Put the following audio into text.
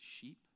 sheep